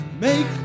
make